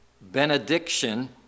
benediction